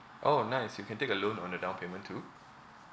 !ow! nice you can take a loan on the down payment too